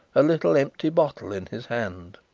a little empty bottle in his hand.